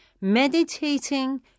Meditating